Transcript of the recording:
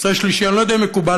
נושא שלישי: אני לא יודע אם מקובל,